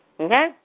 okay